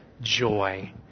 joy